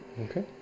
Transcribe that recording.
Okay